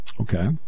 Okay